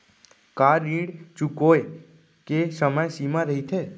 का ऋण चुकोय के समय सीमा रहिथे?